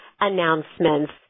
announcements